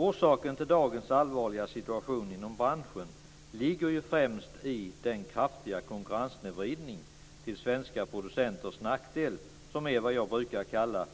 Orsaken till dagens allvarliga situation inom branschen ligger ju främst i den kraftiga konkurrenssnedvridning till svenska producenters nackdel som är vad jag brukar kalla